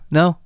no